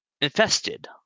infested